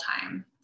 time